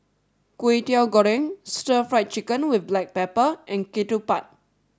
Kway Teow Goreng Stir Fried Chicken with Black Pepper and Ketupat